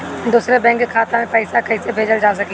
दूसरे बैंक के खाता में पइसा कइसे भेजल जा सके ला?